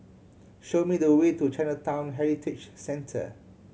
show me the way to Chinatown Heritage Centre